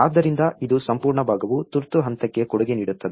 ಆದ್ದರಿಂದ ಇದು ಸಂಪೂರ್ಣ ಭಾಗವು ತುರ್ತು ಹಂತಕ್ಕೆ ಕೊಡುಗೆ ನೀಡುತ್ತದೆ